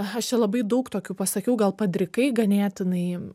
aš čia labai daug tokių pasakiau gal padrikai ganėtinai